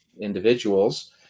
individuals